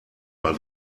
mal